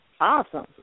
Awesome